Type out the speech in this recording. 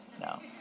No